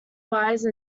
wise